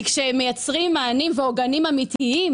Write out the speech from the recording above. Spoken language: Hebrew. כי כשמייצרים מענים ועוגנים אמיתיים